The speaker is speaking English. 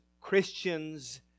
Christians